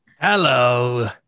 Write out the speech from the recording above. Hello